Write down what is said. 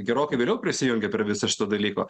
gerokai vėliau prisijungė prie viso šito dalyko